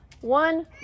one